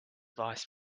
vice